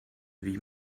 wie